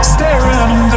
Staring